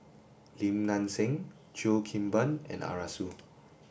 Lim Nang Seng Cheo Kim Ban and Arasu